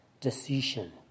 decision